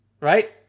right